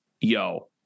Yo